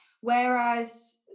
Whereas